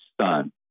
son